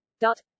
dot